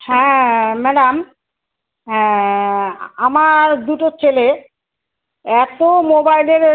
হ্যাঁ ম্যাডাম আ আমার দুটো ছেলে এত মোবাইলের